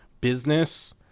business